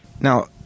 Now